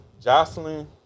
Jocelyn